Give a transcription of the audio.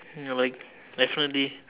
hmm like definitely